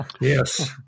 Yes